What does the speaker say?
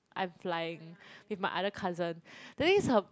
I'm flying with my other cousin that means her